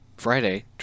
Friday